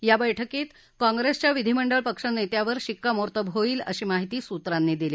या बैठकीत काँप्रेसच्या विधिमंडळ पक्ष नेत्यावर शिक्कामोर्तब होईल अशी माहिती सूत्रांनी दिली